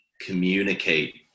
communicate